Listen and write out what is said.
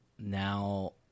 Now